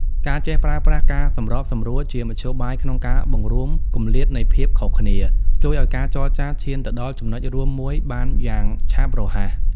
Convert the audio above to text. ការចេះប្រើប្រាស់ "ការសម្របសម្រួល" ជាមធ្យោបាយក្នុងការបង្រួមគម្លាតនៃភាពខុសគ្នា ជួយឱ្យការចរចាឈានទៅដល់ចំណុចរួមមួយបានយ៉ាងឆាប់រហ័ស។